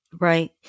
Right